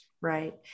Right